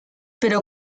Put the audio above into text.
pero